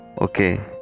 okay